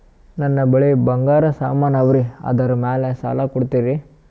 ನನ್ನ ಬಳಿ ಬಂಗಾರ ಸಾಮಾನ ಅವರಿ ಅದರ ಮ್ಯಾಲ ಸಾಲ ಕೊಡ್ತೀರಿ?